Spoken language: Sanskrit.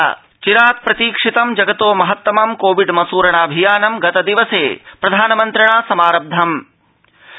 कोविड् मसूरणम् चिरात् प्रतीक्षितं जगतो महत्तमं कोविड़ मसुरणाऽभियानं गतदिवसे प्रधानमन्त्रिणा समारब्धमं